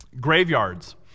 graveyards